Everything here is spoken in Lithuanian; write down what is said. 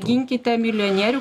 ginkite milijonierių